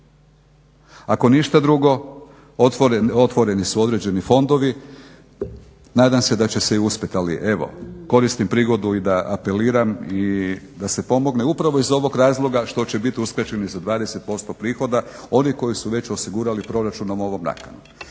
Ako ništa drugo otvoreni su određeni fondovi, nadam se da će se uspjeti. Ali evo, koristim prigodu i da apeliram i da se pomogne upravo iz ovog razloga što će biti uskraćeni za 20% prihoda oni koji su već osigurali proračunom ovom nakanom.